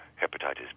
hepatitis